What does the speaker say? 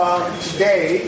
today